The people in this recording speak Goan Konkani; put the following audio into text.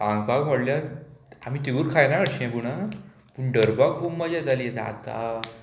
सांगपाक म्हणल्यार आमी तिगूर खायना हरशीं पूण आं पूण धरपाक खूब मजा येताली आतां